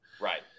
Right